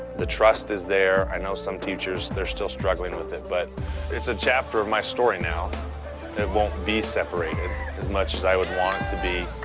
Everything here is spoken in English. the trust is there. i know some teachers they're still struggling with it but it's a chapter of my story now. and it won't be separated as much as i would want to be.